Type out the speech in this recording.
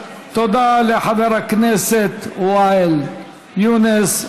תודה לחבר הכנסת ואאל יונס.